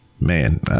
Man